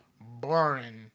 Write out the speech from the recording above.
boring